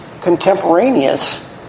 Contemporaneous